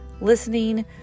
listening